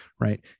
right